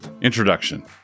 Introduction